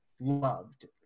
loved